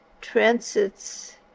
transits